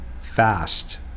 fast